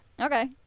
Okay